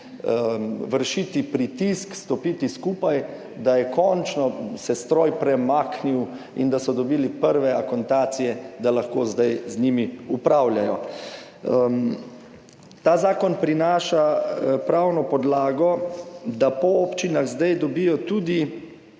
(SC) – 15.35** (nadaljevanje) da je končno se stroj premaknil in da so dobili prve akontacije, da lahko zdaj z njimi upravljajo. Ta zakon prinaša pravno podlago, da po občinah zdaj dobijo tudi